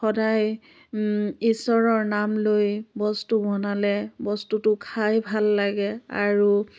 সদায় ঈশ্বৰৰ নাম লৈ বস্তু বনালে বস্তুটো খাই ভাল লাগে আৰু